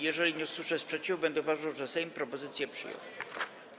Jeżeli nie usłyszę sprzeciwu, będę uważał, że Sejm propozycję przyjął.